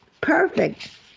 Perfect